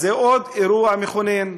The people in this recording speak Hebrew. אז זה עוד אירוע מכונן.